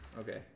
okay